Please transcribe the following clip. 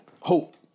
Hope